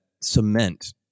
cement